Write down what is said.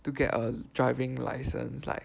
to get a driving licence like